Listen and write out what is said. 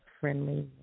friendly